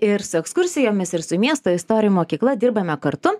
ir su ekskursijomis ir su miesto istorijų mokykla dirbame kartu